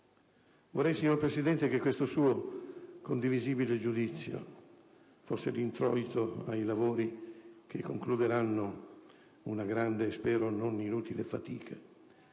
onore! Signor Presidente, vorrei che questo suo condivisibile giudizio fosse d'introito ai lavori che concluderanno una grande e spero non inutile fatica,